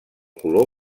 color